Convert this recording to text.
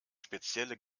spezielle